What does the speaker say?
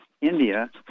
India